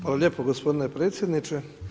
Hvala lijepo gospodine predsjedniče.